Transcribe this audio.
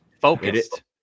focused